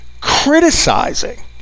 criticizing